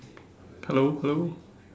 hello hello